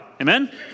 Amen